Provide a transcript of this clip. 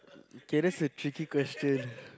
okay that's a tricky question